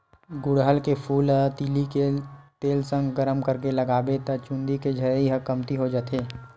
गुड़हल के फूल ल तिली के तेल संग गरम करके लगाबे त चूंदी के झरई ह कमती हो जाथे